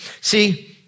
See